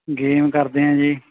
game ਕਰਦੇ ਹੈ ਜੀ